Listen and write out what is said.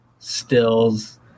stills